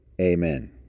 Amen